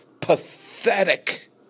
pathetic